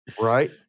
right